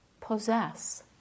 possess